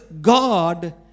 God